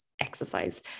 exercise